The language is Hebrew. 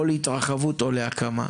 או להתרחבות או להקמה.